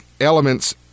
elements